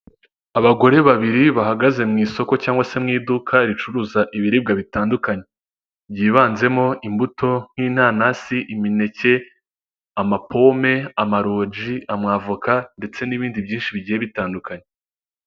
Abagore babiri bahagaze mu isoko cyangwa se mu iduka ricuruza ibiribwa bitandukanye, byibanzemo imbuto nk'inanasi imineke amapome amarogi amavoka ndetse n'ibindi byinshi bigiye bitandukanye.